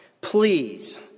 please